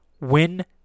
Win